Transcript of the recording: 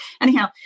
Anyhow